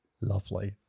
lovely